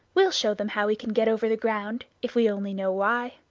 we'll show them how we can get over the ground, if we only know why.